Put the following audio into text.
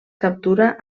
captura